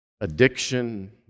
addiction